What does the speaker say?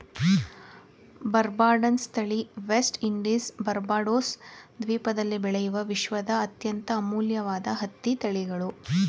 ಬಾರ್ಬಡನ್ಸ್ ತಳಿ ವೆಸ್ಟ್ ಇಂಡೀಸ್ನ ಬಾರ್ಬಡೋಸ್ ದ್ವೀಪದಲ್ಲಿ ಬೆಳೆಯುವ ವಿಶ್ವದ ಅತ್ಯಂತ ಅಮೂಲ್ಯವಾದ ಹತ್ತಿ ತಳಿಗಳು